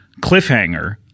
cliffhanger